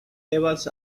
evans